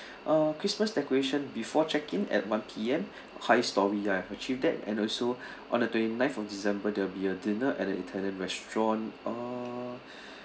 uh christmas decoration before check in at one P_M high storey I have achieved that and also on the twenty-ninth of december there'll be a dinner at the italian restaurant uh